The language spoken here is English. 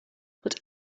but